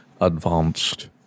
advanced